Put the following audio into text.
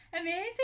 Amazing